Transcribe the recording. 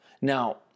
Now